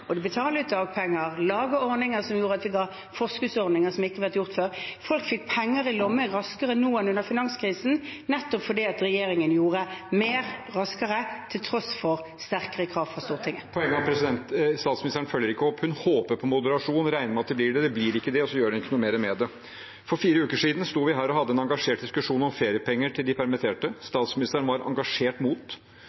og at de betaler ut dagpenger, at de lager ordninger som gjorde at det var forskuddsordninger, som ikke har vært gjort før. Folk fikk penger i lommen raskere nå enn under finanskrisen, nettopp fordi regjeringen gjorde mer raskere, til tross for sterkere krav fra Stortinget. Det åpnes for oppfølgingsspørsmål – først Jonas Gahr Støre. Poenget er at statsministeren ikke følger opp. Hun håper på moderasjon, regner med at det blir det, så blir det ikke det, men hun gjør ikke noe mer med det. For fire uker siden sto vi her og hadde en engasjert diskusjon om feriepenger